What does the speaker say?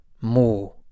more